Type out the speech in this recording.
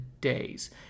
days